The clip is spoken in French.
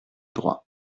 droit